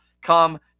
come